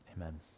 Amen